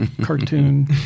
cartoon